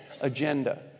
agenda